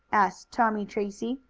asked tommie tracy,